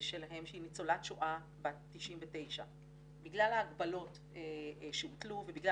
שלהם שהיא ניצולת שואה בת 99. בגלל ההגבלות שהוטלו ובגלל